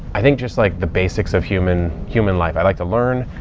i think just like the basics of human human life. i like to learn.